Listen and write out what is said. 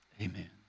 Amen